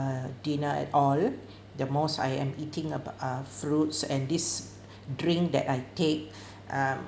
a dinner at all the most I am eating abo~ uh fruits and this drink that I take um